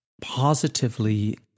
positively